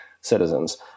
citizens